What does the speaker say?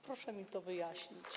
Proszę mi to wyjaśnić.